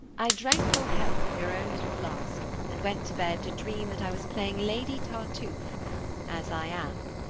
i drank your health from your own little flask, and went to bed to dream that i was playing lady tartuffe as i am.